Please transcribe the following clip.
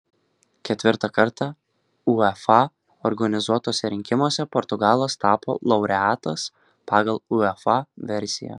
ketvirtą kartą uefa organizuotuose rinkimuose portugalas tapo laureatas pagal uefa versiją